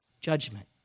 judgment